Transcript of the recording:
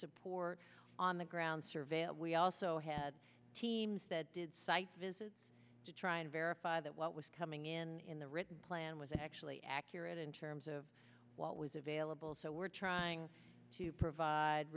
support on the ground surveyor we also had teams that did site visits to try and verify that what was coming in in the written plan was actually accurate in terms of what was available so we're trying to provide